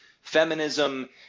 feminism